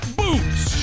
boots